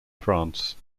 france